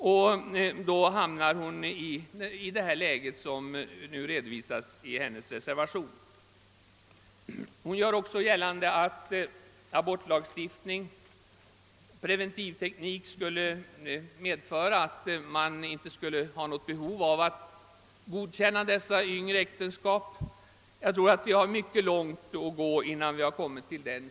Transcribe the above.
Därför har hon hamnat i det läge som framgår av reservation 1. Hon gjor de också gällande att en ändrad abortlagstiftning och en bättre preventivteknik gör att vi nu inte skulle ha något behov av att godkänna dessa yngre äktenskap. Jag tror emellertid att vi har mycket lång väg att gå innan vi kommer dit.